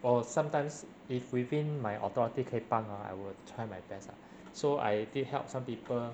or sometimes if within my authority 可以帮 ah I will try my best lah so I did help some people